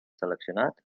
seleccionat